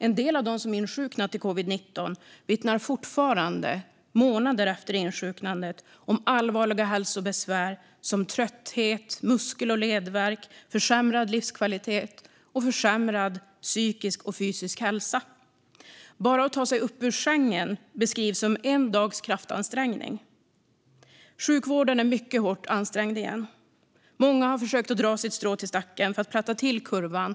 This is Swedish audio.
En del av dem som insjuknat i covid-19 vittnar fortfarande, månader efter insjuknandet, om allvarliga hälsobesvär som trötthet, muskel och ledvärk, försämrad livskvalitet och försämrad fysisk och psykisk hälsa. Bara att ta sig upp ur sängen beskrivs som en dags kraftansträngning. Sjukvården är återigen mycket hårt ansträngd. Många har försökt dra sitt strå till stacken för att platta till kurvan.